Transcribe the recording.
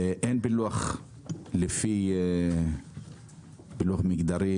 אין פילוח לפי פילוח מגדרי,